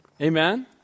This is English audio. Amen